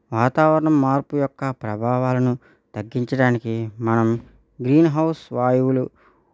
వాతావరణం మార్పు యొక్క ప్రభావాలను తగ్గించడానికి మనం గ్రీన్ హౌస్ వాయువులు